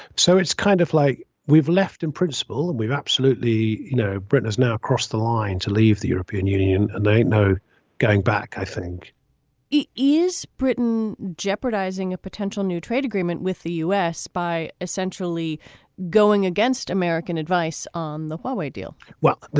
so it's kind of like we've left in principle and we've absolutely you know, britain has now crossed the line to leave the european union. knight no going back i think it is britain jeopardizing a potential new trade agreement with the u s. by essentially going against american advice on the way deal well,